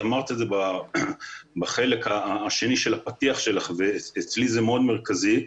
את אמרת את זה בחלק השני של הפתיח שלך ואצלי זה מאוד מרכזי.